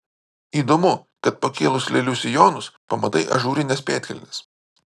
įdomu kad pakėlus lėlių sijonus pamatai ažūrines pėdkelnes